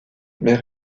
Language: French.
mais